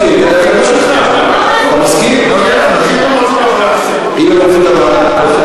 אם הם רוצים, אם הם רוצים, לוועדה.